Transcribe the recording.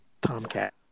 Tomcat